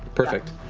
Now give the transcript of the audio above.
perfect.